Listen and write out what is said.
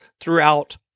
throughout